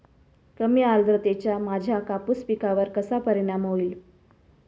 कमी आर्द्रतेचा माझ्या कापूस पिकावर कसा परिणाम होईल?